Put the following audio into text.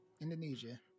Indonesia